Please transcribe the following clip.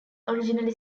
originally